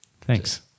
Thanks